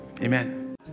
amen